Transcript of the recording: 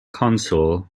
consul